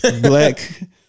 Black